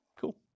Cool